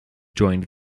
joined